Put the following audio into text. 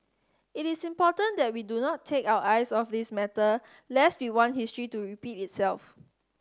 it is important that we do not take our eyes off this matter lest we want history to repeat itself